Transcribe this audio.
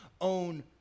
own